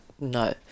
no